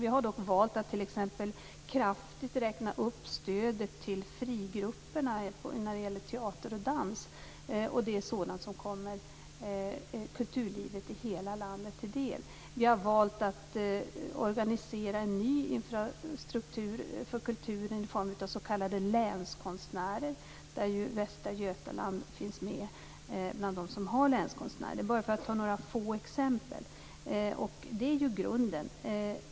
Vi har dock valt att kraftigt räkna upp stödet till frigrupperna när det gäller teater och dans, och det är sådant som kommer kulturlivet i hela landet till del. Vi har valt att organisera en ny infrastruktur för kulturen i form av s.k. länskonstnärer. Västra Götaland finns med bland dem som har länskonstnärer, för att bara ta ett exempel. Detta är ju grunden.